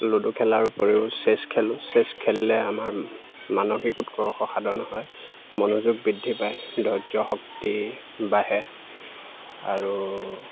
ludo খেলাৰ উপৰিও chess খেলোঁ চেছ খেলিলে আমাৰ মানসিক উৎকৰ্ষ সাধন হয় মনোযোগ বৃদ্ধি পায় ধৰ্য শক্তি বাঢ়ে আৰু